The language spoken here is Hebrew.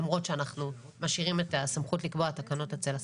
למרות שאנחנו משאירים את הסמכות לקבוע תקנות אצל השרים.